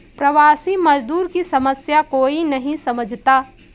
प्रवासी मजदूर की समस्या कोई नहीं समझता